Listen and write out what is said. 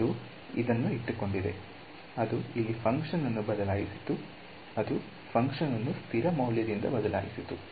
ಅದು ಇದನ್ನು ಇಟ್ಟುಕೊಂಡಿದೆ ಅದು ಇಲ್ಲಿ ಫಂಕ್ಷನ್ ಅನ್ನು ಬದಲಾಯಿಸಿತು ಅದು ಫಂಕ್ಷನ್ ಅನ್ನು ಸ್ಥಿರ ಮೌಲ್ಯದಿಂದ ಬದಲಾಯಿಸಿತು